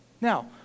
Now